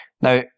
Now